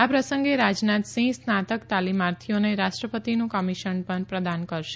આ પ્રસંગે રાજનાથસિંહ સ્નાતક તાલીમાર્થીઓને રાષ્ટ્રપતિનું કમિશન પણ પ્રદાન કરશે